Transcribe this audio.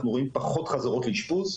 אנחנו רואים פחות חזרות לאשפוז.